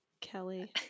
Kelly